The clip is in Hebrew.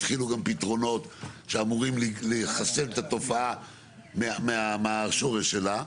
התחילו גם פתרונות שאמורים לחסל את התופעה מהשורש שלה,